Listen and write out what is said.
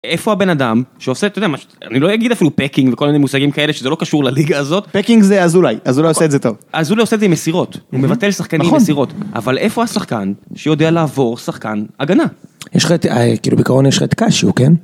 איפה הבן אדם שעושה את זה מה שאני לא אגיד אפילו פקינג וכל מיני מושגים כאלה שזה לא קשור לליגה הזאת פקינג זה אזולאי אזולאי עושה את זה טוב אז הוא עושה את זה עם מסירות הוא מבטל שחקנים במסירות אבל איפה השחקן שיודע לעבור שחקן הגנה. יש לך את זה כאילו בקרוב יש לך את קשיו כן.